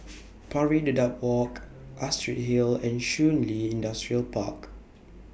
Pari Dedap Walk Astrid Hill and Shun Li Industrial Park